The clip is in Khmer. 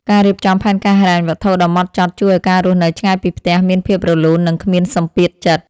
ការរៀបចំផែនការហិរញ្ញវត្ថុដ៏ហ្មត់ចត់ជួយឱ្យការរស់នៅឆ្ងាយពីផ្ទះមានភាពរលូននិងគ្មានសម្ពាធចិត្ត។